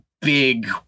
big